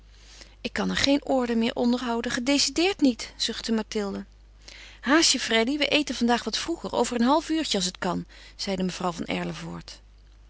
ik kan er geen orde meer onder houden gedecideerd niet zuchtte mathilde haast je freddy we eten vandaag wat vroeger over een half uurtje als het kan zeide mevrouw van